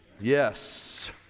Yes